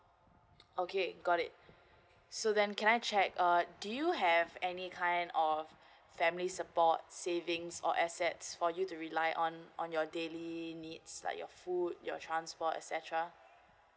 okay got it so then can I check uh do you have any kind of family support savings or assets for you to rely on on your daily needs like your food your transport etcetera